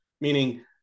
Meaning